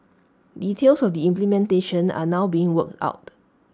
details of the implementation are now being worked out